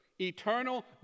eternal